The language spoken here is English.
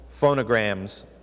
phonograms